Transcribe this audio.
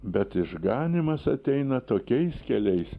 bet išganymas ateina tokiais keliais